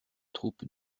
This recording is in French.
troupes